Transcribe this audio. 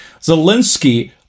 Zelensky